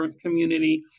community